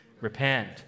Repent